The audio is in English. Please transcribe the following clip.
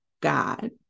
God